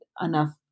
enough